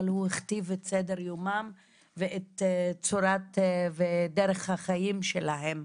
אבל הוא הכתיב את סדר יומם ודרך החיים שלהם.